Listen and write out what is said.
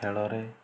ଖେଳରେ